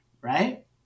right